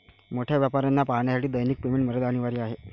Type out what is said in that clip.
मोठ्या व्यापाऱ्यांना पाहण्यासाठी दैनिक पेमेंट मर्यादा अनिवार्य आहे